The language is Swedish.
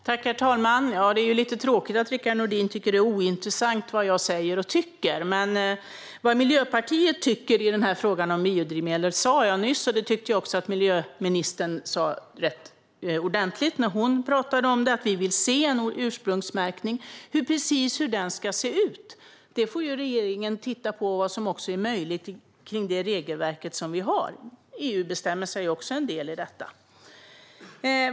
Herr talman! Det är lite tråkigt att Rickard Nordin tycker att det är ointressant vad jag säger och tycker. Men vad Miljöpartiet tycker i frågan om biodrivmedel sa jag nyss, och det tyckte jag också att miljöministern sa rätt ordentligt när hon pratade om det. Vi vill se en ursprungsmärkning. Regeringen får titta på exakt hur den ska se ut och vad som är möjligt med det regelverk som vi har. EU-bestämmelser är också en del i detta.